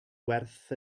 werth